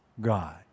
God